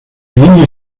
niña